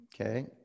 Okay